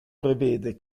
prevede